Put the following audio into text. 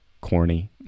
corny